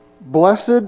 Blessed